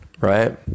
right